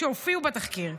שהופיעו בתחקיר.